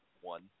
one